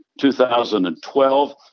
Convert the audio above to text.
2012